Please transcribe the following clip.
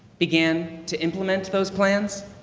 began to implement those plans.